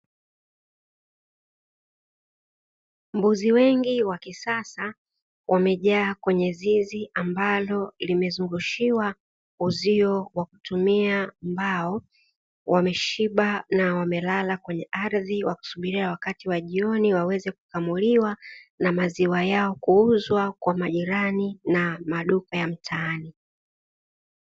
Mbuzi wengi wa kisasa wamejaa kwenye zizi ambalo limezungushiwa uzio kwa kutumia mbao, wameshiba na wamelala kwenye ardhi wakisubiria wakati wa jioni waweze kukamuliwa na maziwa yao kuuzwa kwa majirani na maduka ya mtaani.